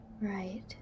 Right